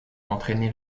entraîné